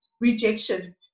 rejection